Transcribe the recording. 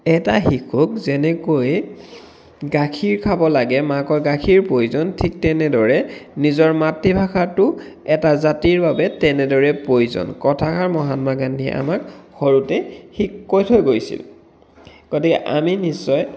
এটা শিশুক যেনেকৈ গাখীৰ খাব লাগে মাকৰ গাখীৰ প্ৰয়োজন ঠিক তেনেদৰে নিজৰ মাতৃভাষাটো এটা জাতিৰ বাবে তেনেদৰে প্ৰয়োজন কথাষাৰ মহাত্মা গান্ধীয়ে আমাক সৰুতে শিক কৈ থৈ গৈছিল গতিকে আমি নিশ্চয়